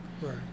right